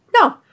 No